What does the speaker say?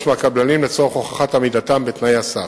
מהקבלנים לצורך הוכחת עמידתם בתנאי הסף.